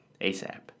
ASAP